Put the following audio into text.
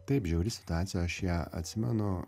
taip žiauri situacija aš ją atsimenu